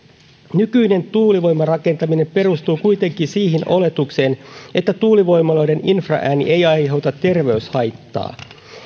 nykyinen tuulivoimarakentaminen perustuu kuitenkin siihen oletukseen että tuulivoimaloiden infraääni ei aiheuta terveyshaittaa